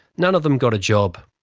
none of them got a job.